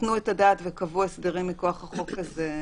נתנו את הדעת וקבעו הסדרים מכוח החוק הזה,